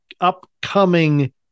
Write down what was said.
upcoming